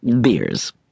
Beers